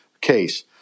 case